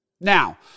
Now